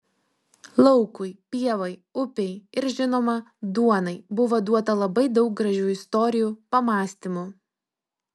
laukui pievai upei ir žinoma duonai buvo duota labai daug gražių istorijų pamąstymų